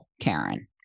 Karen